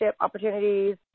opportunities